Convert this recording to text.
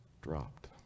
dropped